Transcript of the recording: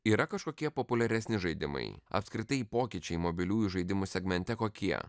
yra kažkokie populiaresni žaidimai apskritai pokyčiai mobiliųjų žaidimų segmente kokie